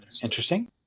Interesting